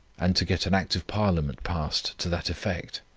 and to get an act of parliament passed to that effect.